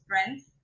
strength